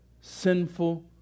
sinful